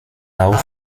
auch